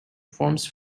forms